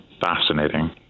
fascinating